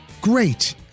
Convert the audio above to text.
great